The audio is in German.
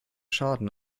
schaden